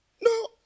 No